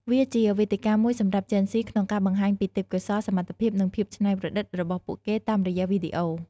វាជាវេទិកាមួយសម្រាប់ជេនហ្ស៊ីក្នុងការបង្ហាញពីទេពកោសល្យ សមត្ថភាព និងភាពច្នៃប្រឌិតរបស់ពួកគេតាមរយៈវីដេអូ។